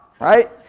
right